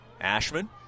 Ashman